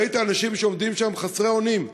ראית אנשים שעומדים שם חסרי אונים,